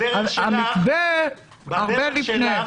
המתווה הרבה לפני --- בדרך שלך